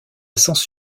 sens